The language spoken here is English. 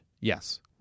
Yes